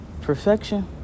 Perfection